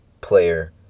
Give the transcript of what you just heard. player